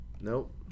nope